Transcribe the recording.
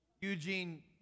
Eugene